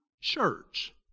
church